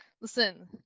Listen